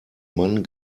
mann